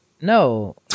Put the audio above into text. No